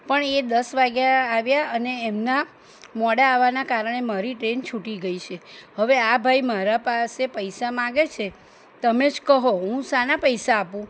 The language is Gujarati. પણ એ દસ વાગ્યા આવ્યા અને એમના મોડા આવવાના કારણે મારી ટ્રેન છૂટી ગઈ છે હવે આ ભાઈ મારા પાસે પૈસા માંગે છે તમે જ કહો હું શાના પૈસા આપું